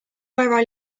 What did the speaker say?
where